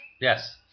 Yes